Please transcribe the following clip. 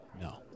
No